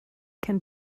can